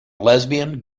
lesbian